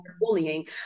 bullying